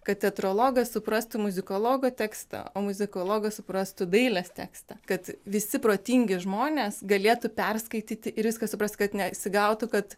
kad teatrologas suprastų muzikologą tekstą o muzikologas suprastų dailės tekstą kad visi protingi žmonės galėtų perskaityti ir viską suprasti kad nesigautų kad